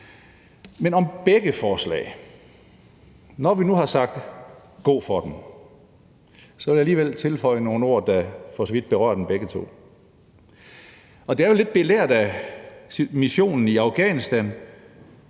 til begge forslag vil jeg, når vi nu har sagt god for dem, alligevel tilføje nogle ord, der for så vidt berører dem begge to, og det er jo lidt belært af missionen i Afghanistan,